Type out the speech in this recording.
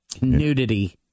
Nudity